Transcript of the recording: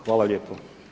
Hvala lijepo.